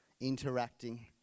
interacting